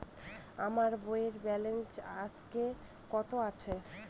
আমার বইয়ের ব্যালেন্স আজকে কত আছে?